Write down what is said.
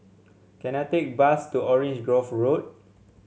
can I take a bus to Orange Grove Road